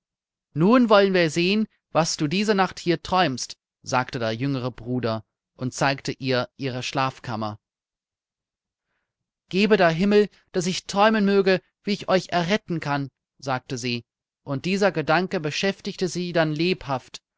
nun wollen wir sehen was du diese nacht hier träumst sagte der jüngere bruder und zeigte ihr ihre schlafkammer gebe der himmel daß ich träumen möge wie ich euch erretten kann sagte sie und dieser gedanke beschäftigte sie dann lebhaft